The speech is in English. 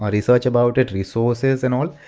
research about it, resources and all.